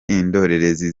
indorerezi